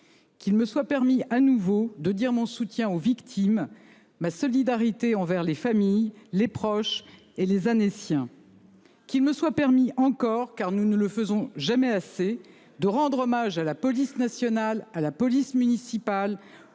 Qu'il me soit permis à nouveau de dire mon soutien aux victimes ma solidarité envers les familles, les proches et les Annéciens. Qu'il me soit permis encore car nous ne le faisons jamais assez de rendre hommage à la police nationale à la police municipale.